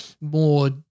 more